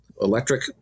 electric